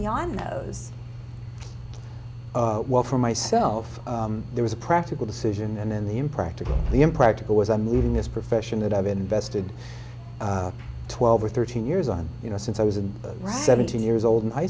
beyond those well for myself there was a practical decision and then the impractical the impractical was i'm leaving this profession that i've invested twelve or thirteen years on you know since i was a seventeen years old in high